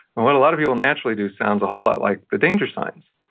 and what a lot of you will naturally do sounds a whole lot like the danger signs.